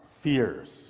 fears